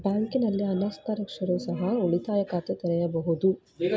ಬ್ಯಾಂಕಿನಲ್ಲಿ ಅನಕ್ಷರಸ್ಥರು ಸಹ ಉಳಿತಾಯ ಖಾತೆ ತೆರೆಯಬಹುದು?